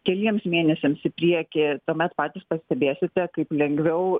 keliems mėnesiams į priekį tuomet patys pastebėsite kaip lengviau